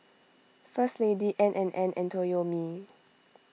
First Lady N and N and Toyomi